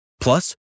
Plus